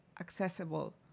accessible